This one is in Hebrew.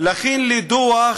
להכין לי דוח,